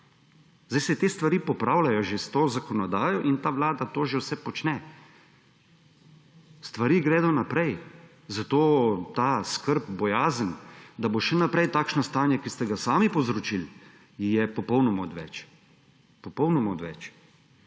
Zdaj se te stvari popravljajo že s to zakonodajo in ta vlada to že vse počne. Stvari gredo naprej, zato ta skrb, bojazen, da bo še naprej takšno stanje, ki ste ga sami povzročili, je popolnoma odveč, popolnoma odveč.